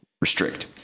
restrict